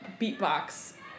beatbox